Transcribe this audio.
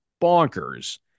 bonkers